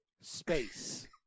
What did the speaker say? space